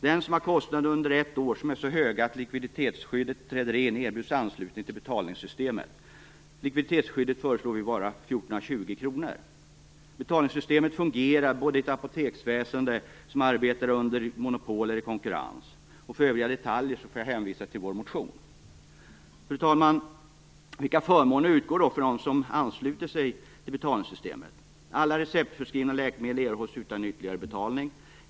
Den som under ett år har kostnader som är så höga att likviditetsskyddet träder in erbjuds anslutning till betalningssystemet. Likviditetsskyddet förslås uppgå till 1 420 kr. Betalningssystemet fungerar både i ett apoteksväsende som arbetar under monopol och i ett apoteksväsende som arbetar under konkurrens. För övriga detaljer hänvisar jag till vår motion. Fru talman! Vilka förmåner utgår då för dem som ansluter sig till betalningssystemet? Alla receptförskrivna läkemedel erhålls utan ytterligare betalning.